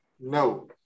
No